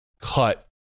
cut